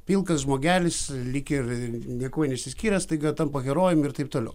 pilkas žmogelis lyg ir niekuo neišsiskyręs staiga tampa herojumi ir taip toliau